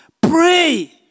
Pray